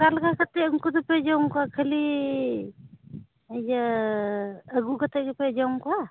ᱚᱠᱟ ᱞᱮᱠᱟ ᱠᱟᱛᱮᱫ ᱩᱱᱠᱩ ᱫᱚᱯᱮ ᱡᱚᱢ ᱠᱚᱣᱟ ᱠᱷᱟᱹᱞᱤ ᱤᱭᱟᱹ ᱟᱹᱜᱩ ᱠᱟᱛᱮᱫ ᱜᱮᱯᱮ ᱡᱚᱢ ᱠᱚᱣᱟ